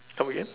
come again